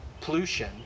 pollution